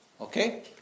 Okay